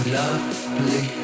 lovely